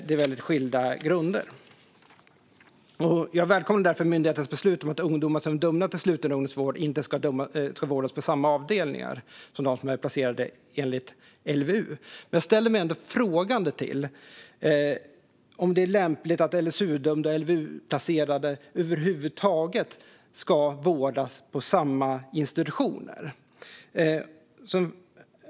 Det är väldigt skilda grunder. Jag välkomnar därför myndighetens beslut om att ungdomar som är dömda till sluten ungdomsvård inte ska vårdas på samma avdelningar som de som är placerade enligt LVU. Men jag ställer mig ändå frågande till om det är lämpligt att LSUdömda och LVU-placerade över huvud taget vårdas på samma institutioner.